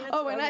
oh, and